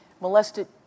Molested